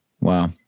Wow